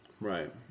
Right